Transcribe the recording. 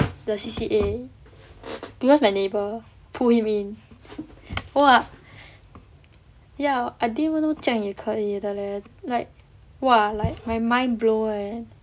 the C_C_A because my neighbour pull him in !wah! ya I didn't even know 这样也可以的 leh like !wah! like my mind blown eh